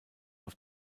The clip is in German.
auf